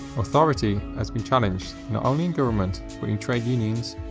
authority has been challenged not only in government, but in trade unions,